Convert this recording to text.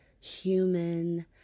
human